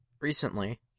recently